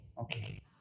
okay